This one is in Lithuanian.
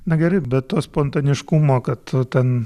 na gerai be to spontaniškumo kad ten